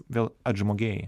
vėl atžmogėji